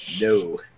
No